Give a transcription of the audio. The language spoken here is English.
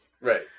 Right